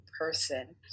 person